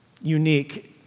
unique